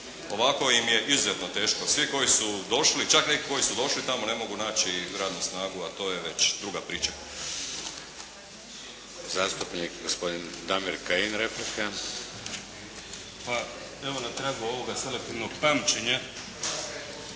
Ovako im je izuzetno teško. Svi koji su došli, čak neki koji su došli tamo ne mogu naći radnu snagu, a to je već druga priča. **Šeks, Vladimir (HDZ)** Zastupnik gospodin Damir Kajin, replika. **Kajin, Damir (IDS)** Pa, evo na tragu ovoga selektivnog pamćenje,